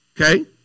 okay